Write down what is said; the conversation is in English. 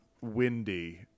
windy